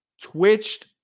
twitched